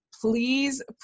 Please